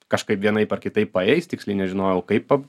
kažkaip vienaip ar kitaip paeis tiksliai nežinojau kaip pab